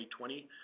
2020